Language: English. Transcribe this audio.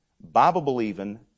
Bible-believing